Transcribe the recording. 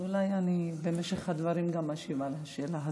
אולי במשך הדברים אני אשיב גם על השאלה הזאת,